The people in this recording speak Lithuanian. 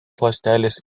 ląstelės